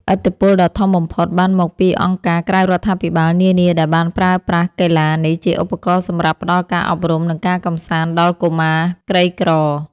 ឥទ្ធិពលដ៏ធំបំផុតបានមកពីអង្គការក្រៅរដ្ឋាភិបាលនានា ដែលប្រើប្រាស់កីឡានេះជាឧបករណ៍សម្រាប់ផ្ដល់ការអប់រំ និងការកម្សាន្តដល់កុមារក្រីក្រ។